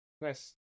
Nice